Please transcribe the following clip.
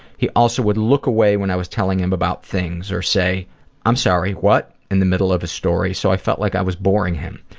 he also would look away when i was telling him about things, or say i'm sorry, what? in the middle of a story, so i felt like i was boring him.